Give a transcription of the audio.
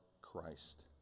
Christ